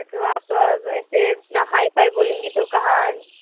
अच्छा तो आप ऐसे इतना हाई फ़ाई बोलेंगी तो कहाँ